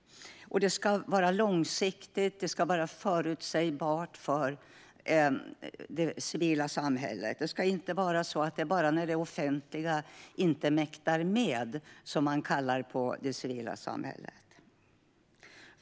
Det ska vara långsiktigt och förutsägbart för det civila samhället. Det ska inte bara vara när det offentliga inte mäktar med som man kallar på det civila samhället.